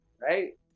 Right